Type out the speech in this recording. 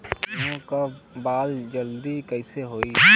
गेहूँ के बाल जल्दी कईसे होई?